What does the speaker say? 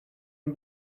you